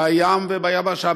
בים וביבשה,